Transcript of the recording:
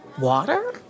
water